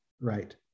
Right